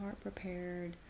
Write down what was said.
prepared